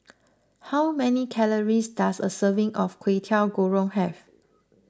how many calories does a serving of Kwetiau Goreng have